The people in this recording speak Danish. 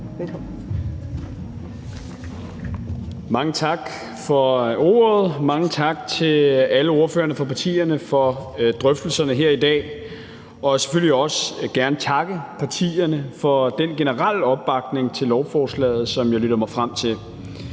Hummelgaard): Mange tak for ordet, mange tak til alle ordførerne for partierne for drøftelserne her i dag. Jeg vil selvfølgelig også gerne takke partierne for den generelle opbakning til lovforslaget, som jeg lytter mig frem til.